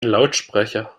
lautsprecher